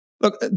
Look